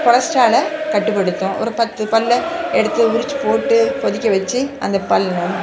கொலஸ்ட்ராலை கட்டுப்படுத்தும் ஒரு பத்து பல்லை எடுத்து உரிச்சு போட்டு கொதிக்க வச்சு அந்த பல்